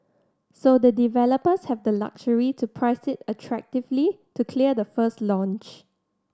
so the developers have the luxury to price it attractively to clear the first launch